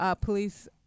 police